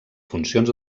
funcions